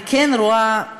אני כן רואה,